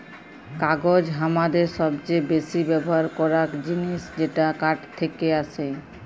কাগজ হামাদের সবচে বেসি ব্যবহার করাক জিনিস যেটা কাঠ থেক্কে আসেক